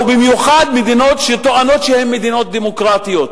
ובמיוחד מדינות שטוענות שהן מדינות דמוקרטיות,